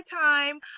time